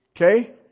Okay